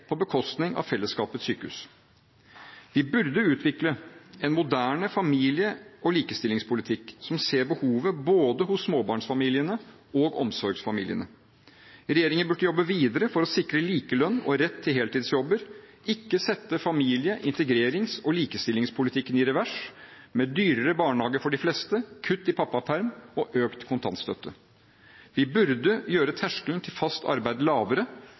på bekostning av fellesskapets sykehus. Vi burde utvikle en moderne familie- og likestillingspolitikk som ser behovene hos både småbarnsfamiliene og omsorgsfamiliene. Regjeringen burde jobbe videre for å sikre likelønn og rett til heltidsjobber, ikke sette familie-, integrerings- og likestillingspolitikken i revers med dyrere barnehage for de fleste, kutt i pappaperm og økt kontantstøtte. Vi burde gjøre terskelen til fast arbeid lavere,